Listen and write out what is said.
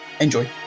enjoy